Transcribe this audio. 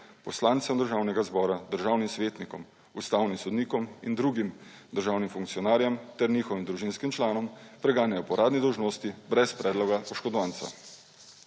poslancem Državnega zbora, državnim svetnikom, ustavnim sodnikom in drugim državnim funkcionarjem ter njihovim družinskim članom preganjajo po uradni dolžnosti brez predloga oškodovanca.